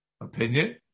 opinion